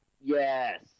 Yes